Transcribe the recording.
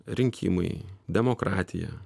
rinkimai demokratija